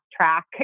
track